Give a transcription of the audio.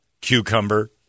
cucumber